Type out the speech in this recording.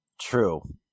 True